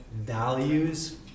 values